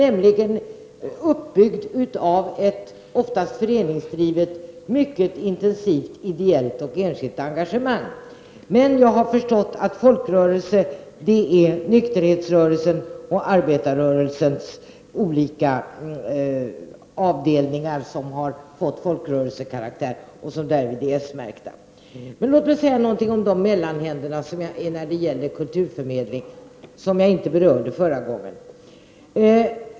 De är uppbyggda av ett oftast föreningsdrivet, mycket intensivt, ideellt och enskilt engagemang. Men jag har förstått att folkrörelser är nykterhetsrörelsen och arbetarrörelsens olika grenar som fått folkrörelsekaraktär och som alltså är s-märkta. Men låt mig säga någonting om mellanhänderna när det gäller kulturförmedling, som jag inte berörde förra gången.